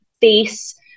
face